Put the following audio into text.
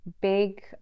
big